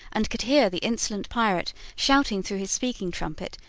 and could hear the insolent pirate shouting through his speaking-trumpet,